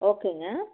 ஓகேங்க